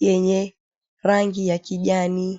yenye rangi ya kijani.